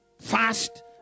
fast